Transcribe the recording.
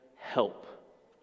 help